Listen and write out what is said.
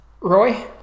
Roy